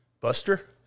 Buster